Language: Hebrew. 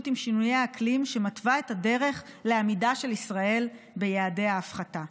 עם שינויי האקלים שמתווה את הדרך לעמידה של ישראל ביעדי ההפחתה.